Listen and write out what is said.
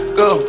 go